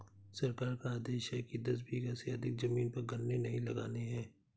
सरकार का आदेश है कि दस बीघा से अधिक जमीन पर गन्ने नही लगाने हैं